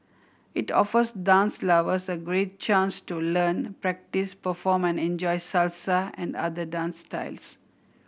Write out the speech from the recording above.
it offers dance lovers a great chance to learn practice perform and enjoy Salsa and other dance styles